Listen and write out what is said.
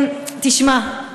תשמע,